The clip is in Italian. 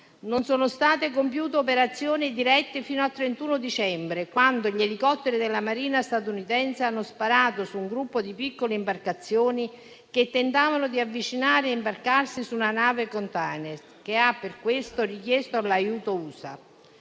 Non sono state compiute operazioni dirette fino al 31 dicembre, quando gli elicotteri della marina statunitense hanno sparato su un gruppo di piccole imbarcazioni che tentavano di avvicinarsi e imbarcarsi su una nave *container,* che ha per questo richiesto l'aiuto USA.